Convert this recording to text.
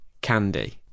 Candy